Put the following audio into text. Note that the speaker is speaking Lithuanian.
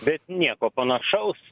bet nieko panašaus